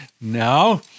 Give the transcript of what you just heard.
no